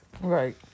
Right